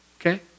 Okay